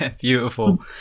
beautiful